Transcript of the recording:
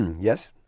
Yes